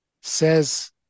Says